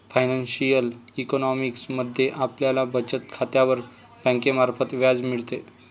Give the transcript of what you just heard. financial economics मध्ये आपल्याला बचत खात्यावर बँकेमार्फत व्याज मिळते